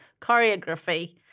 choreography